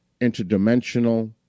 interdimensional